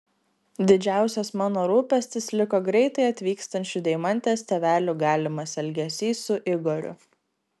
didžiausias mano rūpestis liko greitai atvykstančių deimantės tėvelių galimas elgesys su igoriu